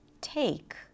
Take